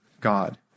God